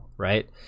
right